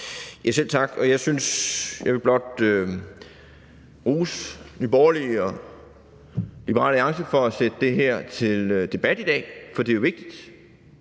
Jeg vil blot rose Nye Borgerlige og Liberal Alliance for at sætte det her til debat i dag, for det er jo vigtigt.